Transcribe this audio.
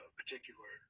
particular